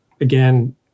again